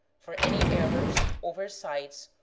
for any errors, oversights,